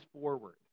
forward